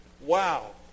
Wow